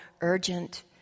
urgent